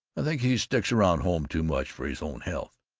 i think he sticks around home too much for his own health.